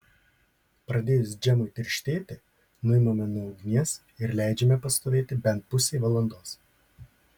pradėjus džemui tirštėti nuimame nuo ugnies ir leidžiame pastovėti bent pusei valandos